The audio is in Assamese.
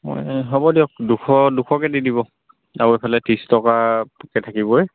মই হব দিয়ক দুশ দুশকৈ দি দিব আৰু ইফালে ত্ৰিছ টকাকৈ থাকিবই